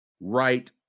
Right